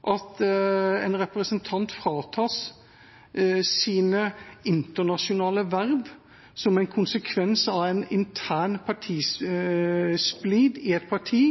at en representant fratas sine internasjonale verv som en konsekvens av en intern splid i et parti,